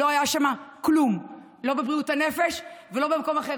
לא היה שם כלום, לא בבריאות הנפש ולא במקום אחר.